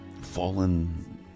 fallen